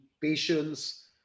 patience